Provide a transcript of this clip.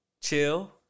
chill